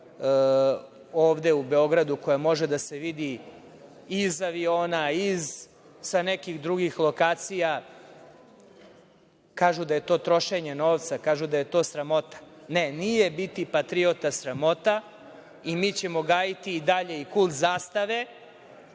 ovde u Beogradu koja može da se vidi iz aviona, sa nekih drugih lokacija. Kažu da je to trošenje novca, kažu da je to sramota. Ne, nije biti patriota sramota i mi ćemo gajiti i dalje i kult zastave